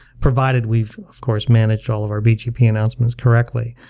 provided we've, of course, managed all of our bgp announcements correctly.